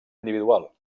individual